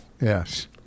Yes